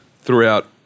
throughout